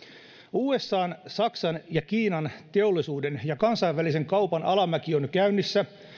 usan saksan ja kiinan teollisuuden ja kansainvälisen kaupan alamäki on jo käynnissä